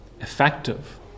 effective